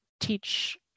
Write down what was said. teach